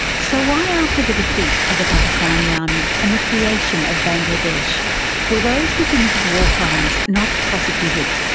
so why after the defeat of the pakistani army and the creation of bangladesh were those who committed war crimes not prosecuted?